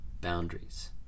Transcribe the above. boundaries